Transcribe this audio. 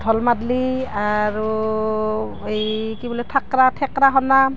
ঢোল মাদলি আৰু এই কি বোলে থেকেৰা থেকেৰা সোণ